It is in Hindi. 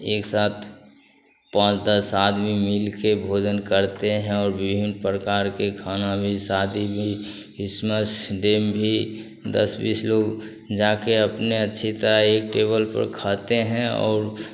एक साथ पाँच दस आदमी मिल कर भोजन करते हैं और विभिन्न प्रकार के खाने भी शदी भी किसमस डेम भी दस बीस लोग जा कर अपने अच्छी तरह एक टेबल पर खाते हैं और